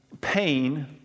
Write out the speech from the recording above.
pain